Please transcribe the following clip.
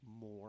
more